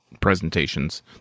presentations